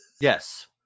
Yes